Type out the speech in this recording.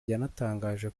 yanatangaje